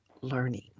learning